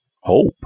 Hope